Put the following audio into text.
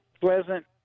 pleasant